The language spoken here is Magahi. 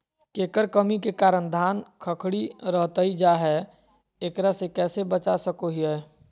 केकर कमी के कारण धान खखड़ी रहतई जा है, एकरा से कैसे बचा सको हियय?